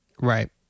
Right